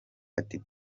ati